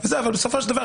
אבל בסופו של דבר,